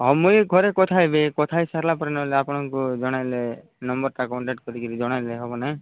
ହଁ ମୁଇଁ ଘରେ କଥା ହେବି କଥା ହୋଇସାରିଲା ପରେ ନହେଲେ ଆପଣଙ୍କୁ ଜଣେଇଲେ ନମ୍ବର୍ଟା କଣ୍ଟାକ୍ଟ କରିକି ଜଣେଇଲେ ହେବ ନା